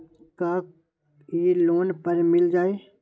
का इ लोन पर मिल जाइ?